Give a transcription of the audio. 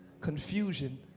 Confusion